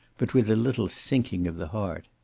but with a little sinking of the heart.